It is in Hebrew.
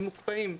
הם מוקפאים.